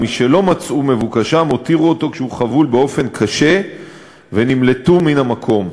ומשלא מצאו את מבוקשם הותירו אותו כשהוא חבול באופן קשה ונמלטו מהמקום.